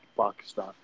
Pakistan